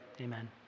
amen